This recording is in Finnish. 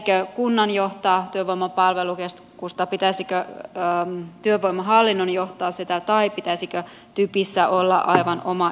pitäisikö kunnan johtaa työvoiman palvelukeskusta pitäisikö työvoimahallinnon johtaa sitä vai pitäisikö typissä olla aivan oma johtajansa